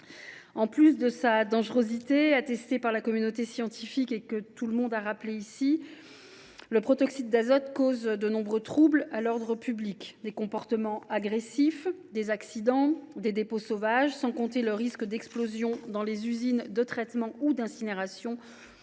en sus de sa dangerosité, attestée par la communauté scientifique et que tous les orateurs précédents ont rappelée, le protoxyde d’azote cause de nombreux troubles à l’ordre public, comportements agressifs, accidents, dépôts sauvages ; et c’est sans compter les risques d’explosion dans les usines de traitement ou d’incinération